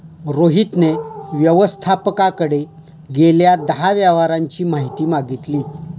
रोहितने व्यवस्थापकाकडे गेल्या दहा व्यवहारांची माहिती मागितली